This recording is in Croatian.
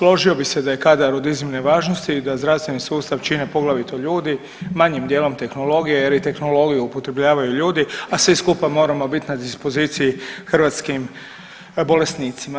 Složio bih se da je kadar od iznimne važnosti i da zdravstveni sustav čine poglavito ljudi, manjim dijelom tehnologija jer tehnologiju upotrebljavaju ljudi, a svi skupa moramo biti na dispoziciji hrvatskim bolesnicima.